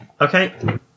okay